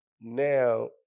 now